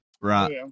Right